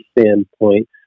standpoint